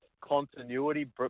continuity